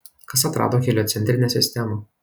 kas atrado heliocentrinę sistemą